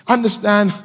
Understand